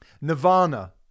nirvana